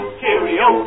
cheerio